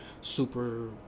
super